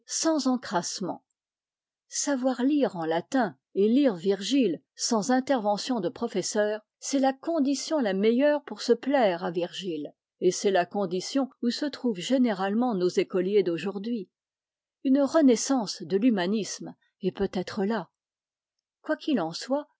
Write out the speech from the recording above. sans encrassement savoir lire en latin et lire virgile sans intervention de professeur c'est la condition la meilleure pour se plaire à virgile et c'est la condition où se trouvent généralement nos écoliers d'aujourd'hui une renaissance de l'humanisme est peut-être là quoi qu'il en soit